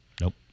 Nope